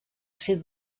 sit